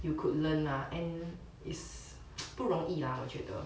you could learn ah and is 不容易啊我觉得